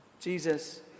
Jesus